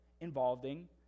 involving